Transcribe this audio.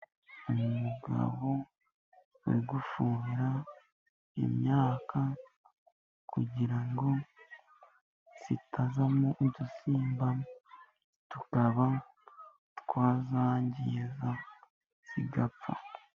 Umugabo uri gufuhira imyaka kugira ngo itazamo udusimba tukaba twayangiza igapfa.